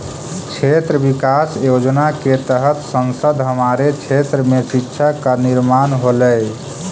क्षेत्र विकास योजना के तहत संसद हमारे क्षेत्र में शिक्षा का निर्माण होलई